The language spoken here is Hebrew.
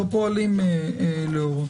לא פועלים לאורו.